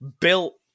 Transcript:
built